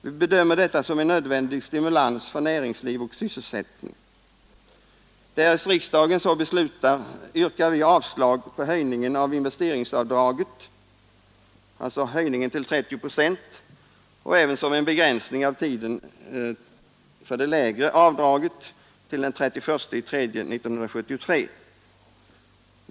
Vi bedömer detta som en nödvändig stimulans för nä Därest riksdagen beslutar att höja löneskatten yrkar vi avslag på höjningen av investeringsavdraget till 30 procent ävensom en begränsning av tiden för det lägre avdraget till den 31 mars 1973.